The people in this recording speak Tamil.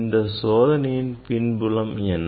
இந்த சோதனையின் பின்புலம் என்ன